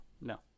No